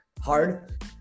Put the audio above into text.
hard